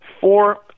four